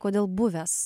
kodėl buvęs